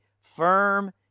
firm